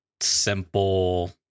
simple